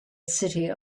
city